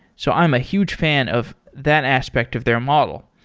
so i'm a huge fan of that aspect of their model.